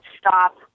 stop